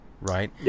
right